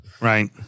Right